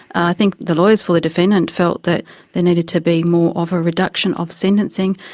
i think the lawyers for the defendant felt that there needed to be more of a reduction of sentencing.